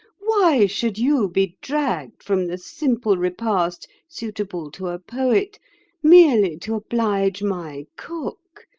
why should you be dragged from the simple repast suitable to a poet merely to oblige my cook?